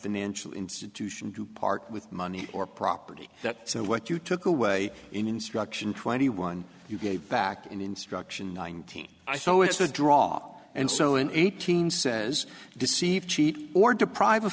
financial institution to part with money or property that so what you took away in instruction twenty one you gave back in instruction nineteen i so it's a draw and so in eighteen says deceive cheat or deprive a